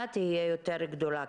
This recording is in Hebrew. חד-משמעית.